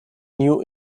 new